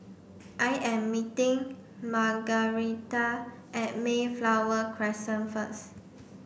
I am meeting Margaretha at Mayflower Crescent first